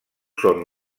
són